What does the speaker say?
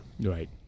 Right